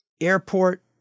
airport